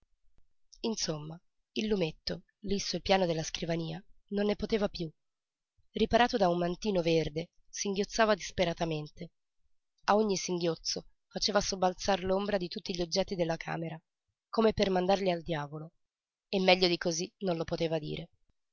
insomma il lumetto lí sul piano della scrivania non ne poteva piú riparato da un mantino verde singhiozzava disperatamente a ogni singhiozzo faceva sobbalzar l'ombra di tutti gli oggetti della camera come per mandarli al diavolo e meglio di cosí non lo poteva dire